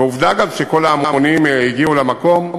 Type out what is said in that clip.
ועובדה, גם, שכל ההמונים הגיעו למקום.